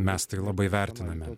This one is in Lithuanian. mes tai labai vertiname